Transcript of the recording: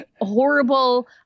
horrible